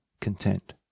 content